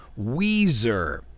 Weezer